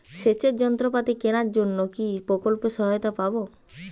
সেচের যন্ত্রপাতি কেনার জন্য কি প্রকল্পে সহায়তা পাব?